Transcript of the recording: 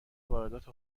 واردات